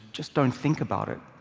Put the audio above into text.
just don't think about it,